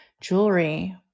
jewelry